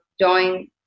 join